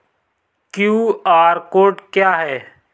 QR code क्या है?